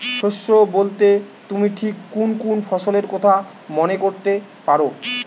শস্য বোলতে তুমি ঠিক কুন কুন ফসলের কথা মনে করতে পার?